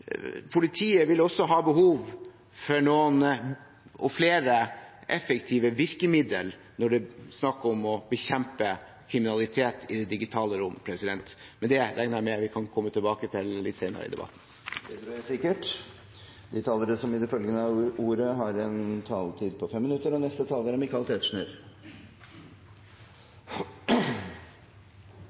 Politiet vil også ha behov for flere effektive virkemidler når det er snakk om å bekjempe kriminalitet i det digitale rom – men det regner jeg med at vi kan komme tilbake til litt senere i debatten. Det vil man sikkert. På vei opp til talerstolen fikk jeg en SMS fra noen som utgir seg for å være min bank, og